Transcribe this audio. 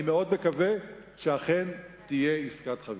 אני מאוד מקווה שאכן תהיה עסקת חבילה.